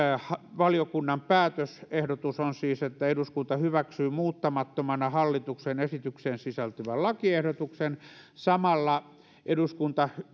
valiokunnan päätösehdotus on siis että eduskunta hyväksyy muuttamattomana hallituksen esitykseen sisältyvän lakiehdotuksen samalla eduskunta